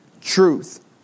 truth